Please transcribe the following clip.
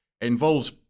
involves